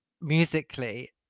musically